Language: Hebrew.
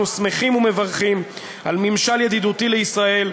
אנחנו שמחים ומברכים על ממשל ידידותי לישראל,